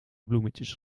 bloemetjes